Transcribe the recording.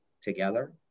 together